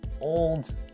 old